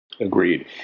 Agreed